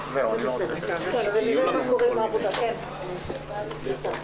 בשעה 11:00